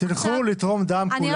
תלכו לתרום דם כולם.